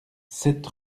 sept